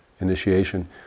initiation